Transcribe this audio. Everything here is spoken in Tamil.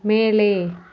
மேலே